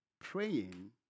praying